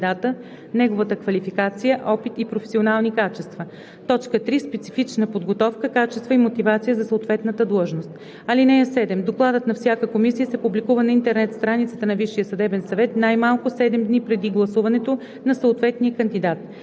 кандидата, неговата квалификация, опит и професионални качества; 3. специфичната подготовка, качествата и мотивацията за съответната длъжност. (7) Докладът на всяка комисия се публикува на интернет страницата на Висшия съдебен съвет най-малко 7 дни преди гласуването на съответния кандидат.